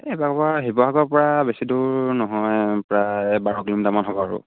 এইবোৰৰ পৰা শিৱসাগৰ পৰা বেছি দূৰ নহয় প্ৰায় বাৰ কিলোমিটাৰামান হ'ব আৰু